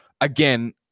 again